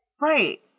right